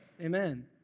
Amen